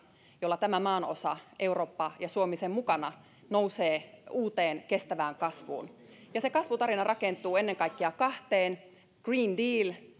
jolla tämä maanosa eurooppa ja suomi sen mukana nousee uuteen kestävään kasvuun se kasvutarina rakentuu ennen kaikkea kahden varaan green dealin